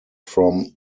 from